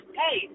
hey